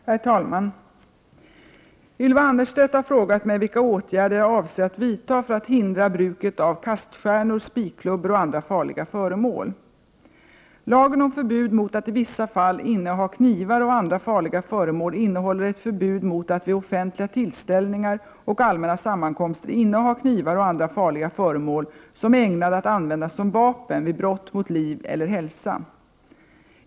Herr talman! Ylva Annerstedt har frågat mig vilka åtgärder jag avser att vidta för att hindra bruket av kaststjärnor, spikklubbor och andra farliga föremål. Lagen om förbud mot att i vissa fall inneha knivar och andra farliga föremål innehåller ett förbud mot att vid offentliga tillställningar och allmänna sammankomster inneha knivar och andra farliga föremål som är ägnade att användas som vapen vid brott mot liv eller hälsa.